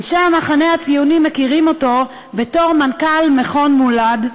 אנשי המחנה הציוני מכירים אותו בתור מנכ"ל מכון "מולד",